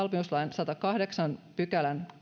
sadannenkahdeksannen pykälän